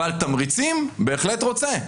אבל תמריצים אני בהחלט רוצה.